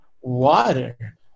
water